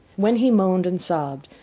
when he moaned and sobbed,